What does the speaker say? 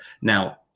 Now